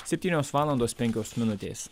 septynios valandos penkios minutės